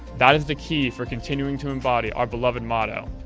that is the key for continuing to embody our beloved motto,